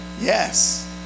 yes